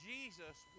Jesus